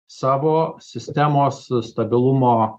savo sistemos stabilumo